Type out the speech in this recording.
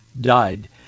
died